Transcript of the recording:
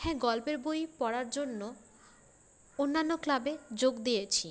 হ্যাঁ গল্পের বই পড়ার জন্য অন্যান্য ক্লাবে যোগ দিয়েছি